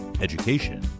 education